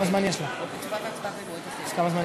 סדר-היום: הצעת חוק לתיקון פקודת מס הכנסה